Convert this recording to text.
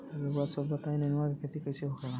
रउआ सभ बताई नेनुआ क खेती कईसे होखेला?